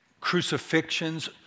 crucifixions